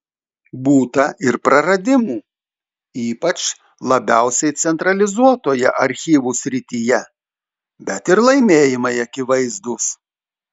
būta ir praradimų ypač labiausiai centralizuotoje archyvų srityje bet ir laimėjimai akivaizdūs